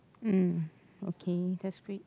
um okay that's great